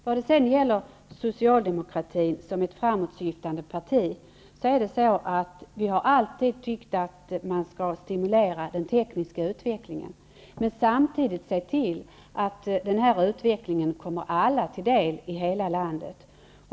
Vad sedan gäller Socialdemokraterna som ett framåtsyftande parti har vi alltid tyckt att man skall stimulera den tekniska utvecklingen men samtidigt se till att denna utveckling kommer alla till del i hela landet.